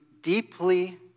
deeply